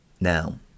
now